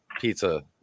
pizza